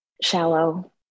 shallow